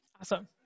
Awesome